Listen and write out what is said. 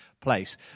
place